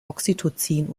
oxytocin